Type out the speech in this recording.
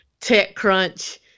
TechCrunch